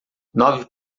nove